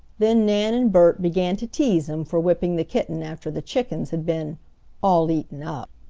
then nan and bert began to tease him for whipping the kitten after the chickens had been all eaten up.